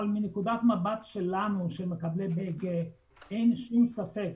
מנקודת מבט שלנו, של מקבלי ה-BEG, אין שום ספק